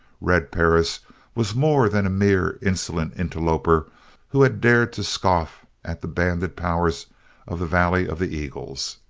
red perris was more than a mere insolent interloper who had dared to scoff at the banded powers of the valley of the eagles.